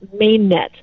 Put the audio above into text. Mainnet